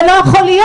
זה לא יכול להיות.